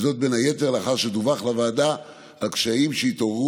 וזאת בין היתר לאחר שדווח לוועדה על קשיים שהתעוררו